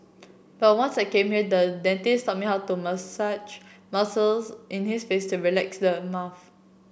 but once I came here the dentist taught me how to massage muscles in his face to relax his mouth